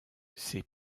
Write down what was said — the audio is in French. ses